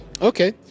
Okay